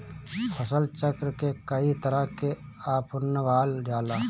फसल चक्र के कयी तरह के अपनावल जाला?